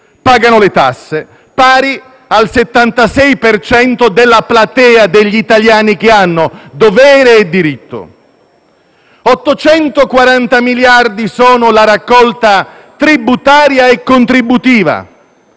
pagano le tasse, pari al 76 per cento della platea degli italiani che hanno dovere e diritto; 840 miliardi sono la raccolta tributaria e contributiva.